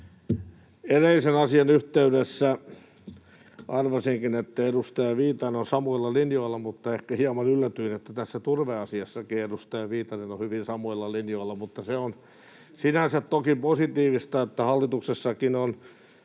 Edellisen asian yhteydessä arvasinkin, että edustaja Viitanen on samoilla linjoilla, mutta ehkä hieman yllätyin, että tässä turveasiassakin edustaja Viitanen on hyvin samoilla linjoilla. Se on sinänsä toki positiivista, että hallituksessakin on